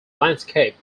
landscape